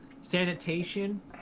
Sanitation